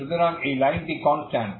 সুতরাং এই লাইনটি কনস্ট্যান্ট